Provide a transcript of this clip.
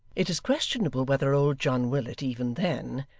it is questionable whether old john willet, even then,